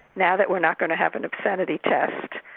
now that we're not going to have an obscenity test,